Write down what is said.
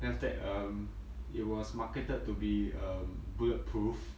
then after that um it was marketed to be um bulletproof